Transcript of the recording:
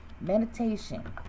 Meditation